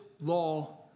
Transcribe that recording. law